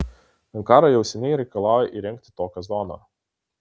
ankara jau seniai reikalauja įrengti tokią zoną